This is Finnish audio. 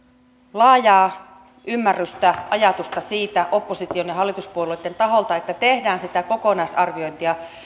laajaa ymmärrystä ajatusta siitä opposition ja hallituspuolueitten taholta että tehdään sitä kokonaisarviointia